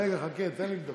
רגע, חכה, תן לבדוק.